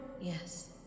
Yes